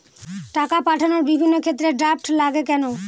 টাকা পাঠানোর বিভিন্ন ক্ষেত্রে ড্রাফট লাগে কেন?